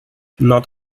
not